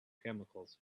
chemicals